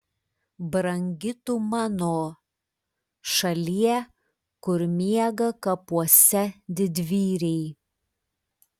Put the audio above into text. brangi tu mano šalie kur miega kapuose didvyriai